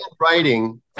Writing